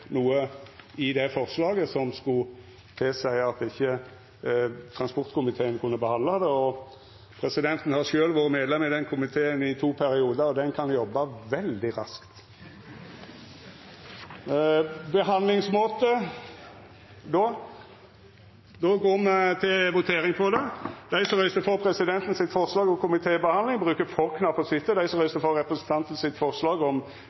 noko i det representantforslaget som skulle tilseia at ikkje transportkomiteen kan behandla det. Presidenten har sjølv vore medlem i den komiteen i to periodar, og han kan jobba veldig raskt! Det ligg føre to forslag til behandlingsmåte. Presidenten føreslår at nr. 190 vert sendt til transport- og kommunikasjonskomiteen. Bjørnar Moxnes har på vegner av Raudt fremja forslag om